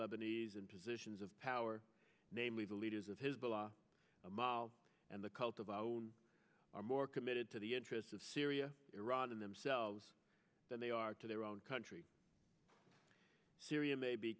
lebanese in positions of power namely the leaders of hizbollah amal and the cult of our own are more committed to the interests of syria iran themselves than they are to their own country syria may be